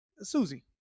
Susie